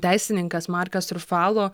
teisininkas markas rufalo